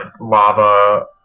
lava